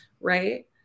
Right